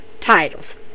titles